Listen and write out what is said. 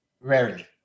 rarely